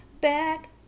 back